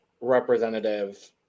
representative